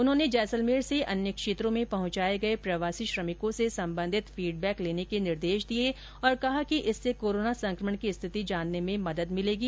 उन्होने जैसलमेर से अन्य क्षेत्रों में पहुंचाए गए प्रवासी श्रमिकों से संबंधित फीडबेक लेने के निर्देश दिए और कहा कि इससे कोरोना संक्रमण की स्थिति जानने में मदद मिलेगी